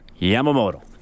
Yamamoto